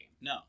No